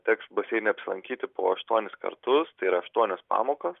teks baseine apsilankyti po aštuonis kartus tai yra aštuonios pamokos